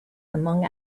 among